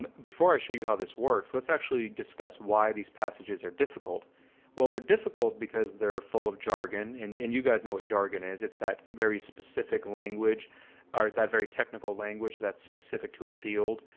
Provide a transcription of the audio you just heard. um before i show you how this works, let's actually discuss why these passages are difficult well, they're difficult because they're full of jargon. and and you guys know what jargon is, it's that very specific language are that very technical language that's specific to a field,